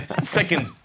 second-